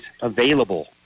available